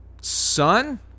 son